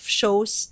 shows